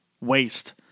waste